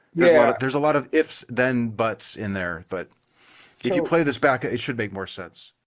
yeah. there's a lot of ifs, then, buts in there. but, if you play this back, it should make more sense.